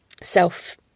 self